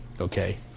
okay